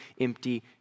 empty